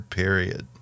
period